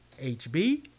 HB